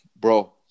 Bro